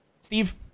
Steve